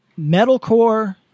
metalcore